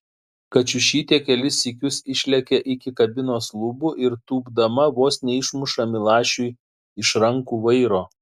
kačiušytė kelis sykius išlekia iki kabinos lubų ir tūpdama vos neišmuša milašiui iš rankų vairo